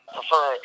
prefer